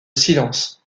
silence